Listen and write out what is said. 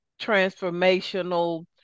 transformational